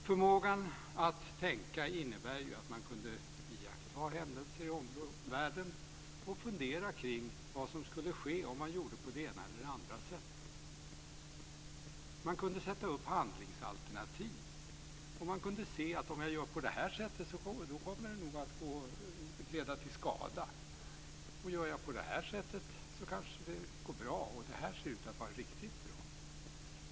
Förmågan att tänka innebar ju att man kunde iaktta händelser i omvärlden och fundera över vad som skulle ske om man gjorde på det ena eller andra sättet. Man kunde sätta upp handlingsalternativ. Och man kunde se att om man gjorde på ett visst sätt så skulle det nog leda till skada, och om man gjorde på ett annat sätt så kanske det skulle bra, och om man gjorde på ytterligare ett sätt så skulle det kanske gå riktigt bra.